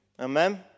Amen